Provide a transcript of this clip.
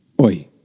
oi